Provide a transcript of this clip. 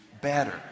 better